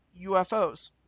UFOs